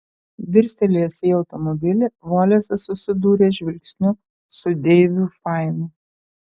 dirstelėjęs į automobilį volesas susidūrė žvilgsniu su deiviu fainu